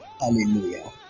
Hallelujah